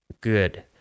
good